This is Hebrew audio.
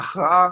ההכרעה